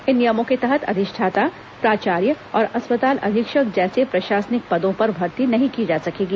इन नियमों के तहत अधिष्ठाता प्राचार्य और अस्पताल अधीक्षक जैसे प्रशासनिक पदों पर भर्ती नहीं की जा सकेगी